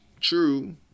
True